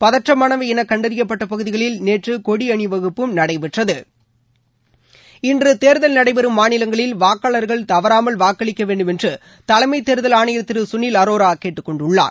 பதற்றமானவை என கண்டறியப்பட்ட பகுதிகளில் நேற்று கொடி அணிவகுப்பும் நடைபெற்றது இன்று தேர்தல் நடைபெறும் மாநிலங்களில் வாக்காளர் தவறாமல் வாக்களிக்க வேண்டுமென்று தலைமை தேர்தல் ஆணையர் திரு சுணில் அரோரா கேட்டுக்கொண்டுள்ளார்